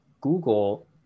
Google